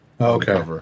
Okay